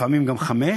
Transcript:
לפעמים גם חמש,